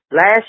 Last